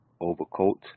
overcoat